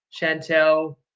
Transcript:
Chantel